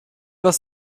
was